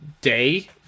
day